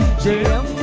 jail